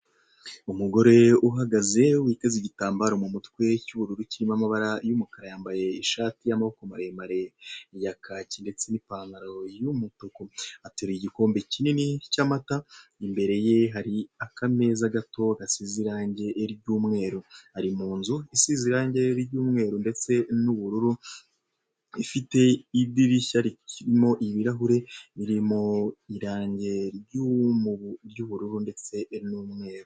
Umugore uhagaze witeze igitambaro mu mutwe cy'ubururu kirimo amabara y'umukara yambaye ishati y'amaboko maremare ya kaki ndetse n'ipantaro y'umutuku, ateruye igikombe kinini cy'amata imbere ye hari akameza gato gasize irange ry'umweru, ari mu nzu isize irange ry'umweru ndetse n'ubururu ifite idirishya ririmo ibirahure ririmo irange ry'ubururu ndetse n'umweru.